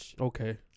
Okay